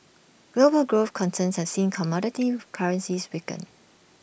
global growth concerns have seen commodity currencies weaken